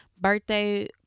birthday